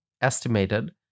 estimated